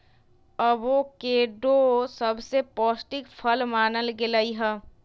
avocado सबसे पौष्टिक फल मानल गेलई ह